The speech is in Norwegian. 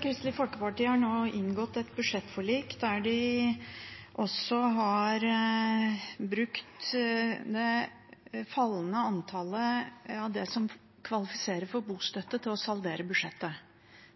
Kristelig Folkeparti har nå inngått et budsjettforlik der de også har brukt det fallende antallet som kvalifiserer for bostøtte, til å saldere budsjettet.